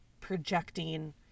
projecting